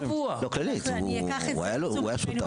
לא, כללית, הוא היה שותף.